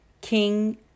King